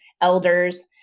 elders